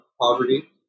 poverty